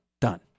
done